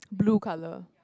blue colour